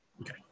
Okay